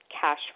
cash